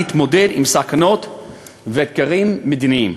להתמודד עם סכנות ואתגרים מדיניים.